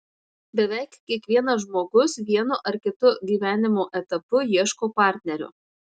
beveik kiekvienas žmogus vienu ar kitu gyvenimo etapu ieško partnerio